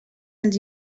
els